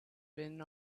been